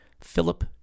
Philip